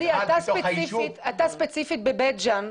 אתה ספציפית בבית-ג'ן.